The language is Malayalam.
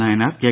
നായനാർ കെ